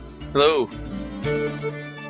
Hello